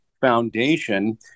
foundation